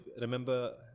remember